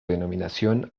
denominación